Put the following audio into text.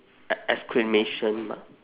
e~ exclamation mark